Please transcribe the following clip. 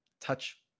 touch